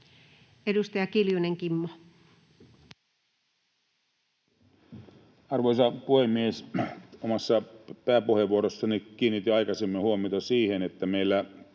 Edustaja Kiljunen, Kimmo. Arvoisa puhemies! Aikaisemmin omassa pääpuheenvuorossani kiinnitin huomiota siihen, että meillä